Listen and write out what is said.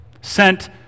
sent